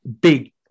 big